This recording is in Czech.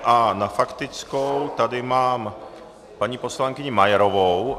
A na faktickou tady mám paní poslankyni Majerovou.